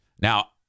Now